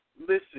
Listen